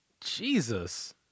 Jesus